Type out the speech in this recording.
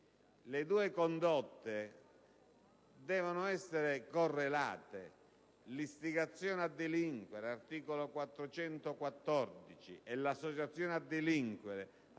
le due condotte devono essere correlate: l'istigazione a delinquere (articolo 414) e l'associazione a delinquere